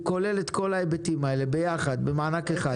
הוא כולל את כל ההיבטים האלה ביחד במענק אחד.